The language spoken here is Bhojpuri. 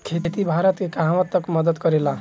खेती भारत के कहवा तक मदत करे ला?